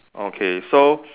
okay so